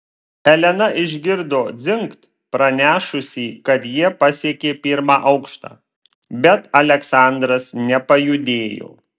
elena išgirdo dzingt pranešusį kad jie pasiekė pirmą aukštą bet aleksandras nepajudėjo